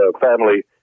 family